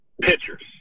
pitchers